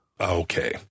Okay